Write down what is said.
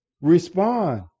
Respond